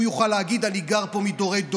הוא יוכל להגיד: אני גר פה מדורי-דורות,